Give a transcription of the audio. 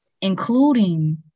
including